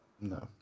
No